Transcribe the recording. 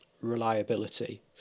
reliability